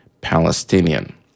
Palestinian